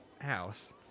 house